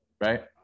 right